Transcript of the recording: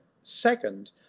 second